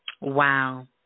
Wow